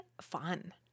fun